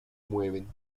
mueven